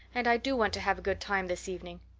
and i do want to have a good time this evening.